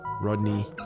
Rodney